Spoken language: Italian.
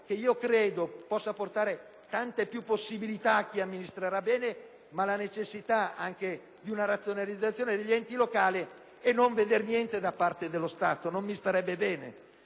che credo possa portare tante possibilità in più a chi amministrerà bene, chiedere una razionalizzazione degli enti locali e non vedere niente da parte dello Stato. Non mi starebbe bene: